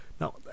Now